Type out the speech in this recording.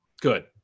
Good